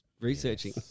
researching